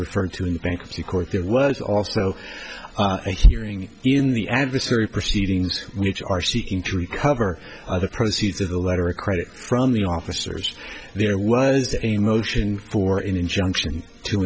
returned to the bankruptcy court there was also hearing in the adversary proceedings which are seeking to recover other proceeds of the letter of credit from the officers there was a motion for an injunction to